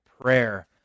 prayer